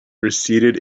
receded